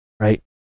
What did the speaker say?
Right